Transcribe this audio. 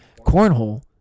cornhole